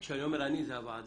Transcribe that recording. כשאני אומר אני, זה הוועדה.